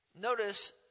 notice